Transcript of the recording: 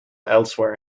elsewhere